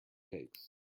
cakes